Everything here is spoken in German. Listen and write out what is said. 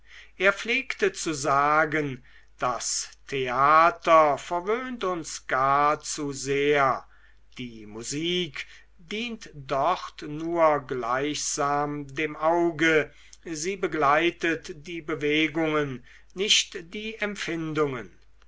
er pflegte zu sagen das theater verwöhnt uns gar zu sehr die musik dient dort nur gleichsam dem auge sie begleitet die bewegungen nicht die empfindungen